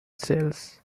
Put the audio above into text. cells